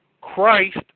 Christ